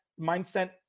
mindset